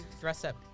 dress-up